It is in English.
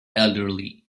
elderly